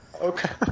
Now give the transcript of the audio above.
okay